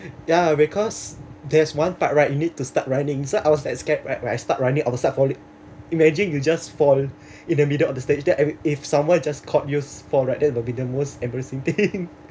ya because there's one part right you need to start running so I was like scared right when I start running on the start falling imagine you just fall in the middle of the stage that if someone just caught you fall right then will be the most embarrassing thing